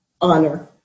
honor